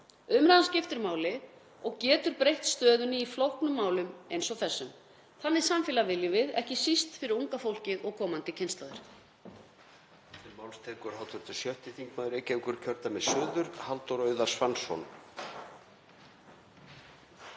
Umræðan skiptir máli og getur breytt stöðunni í flóknum málum eins og þessum. Þannig samfélag viljum við, ekki síst fyrir unga fólkið og komandi kynslóðir.